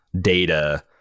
data